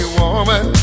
woman